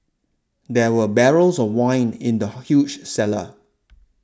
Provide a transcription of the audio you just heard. there were barrels of wine in the huge cellar